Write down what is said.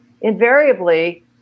invariably